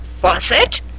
faucet